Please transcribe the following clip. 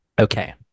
okay